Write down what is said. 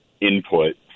input